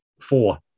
four